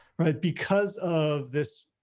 right, because of this.